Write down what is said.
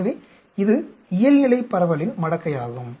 எனவே இது இயல்நிலை பரவலின் மடக்கை ஆகும்